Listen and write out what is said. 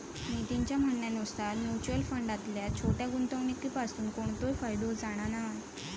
नितीनच्या म्हणण्यानुसार मुच्युअल फंडातल्या छोट्या गुंवणुकीपासून कोणतोय फायदो जाणा नाय